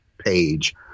Page